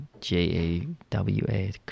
J-A-W-A